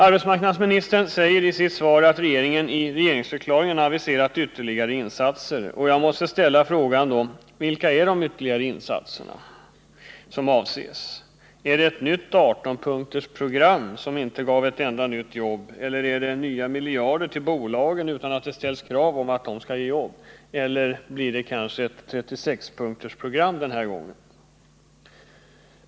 Arbetsmarknadsministern säger i sitt svar, att regeringen i regeringsförklaringen har aviserat ytterligare insatser. Jag måste ställa frågan: Vilka är dessa ytterligare insatser som avses? Är det ett nytt 18-punktsprogram som inte ger ett enda nytt arbete, eller är det nya miljarder till bolagen utan att det ställs krav på att detta skall ge jobb, eller blir det kanske ett 36-punktsprogram den här gången?